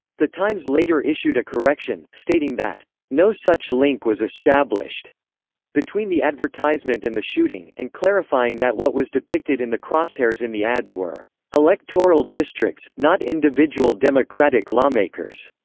the times later issued a correction, stating that no such link was established between the advertisement and the shooting, and clarifying that what was depicted in the crosshairs in the ads were electoral districts, not individual democratic lawmakers.